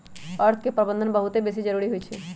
अर्थ के प्रबंधन बहुते बेशी जरूरी होइ छइ